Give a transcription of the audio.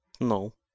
No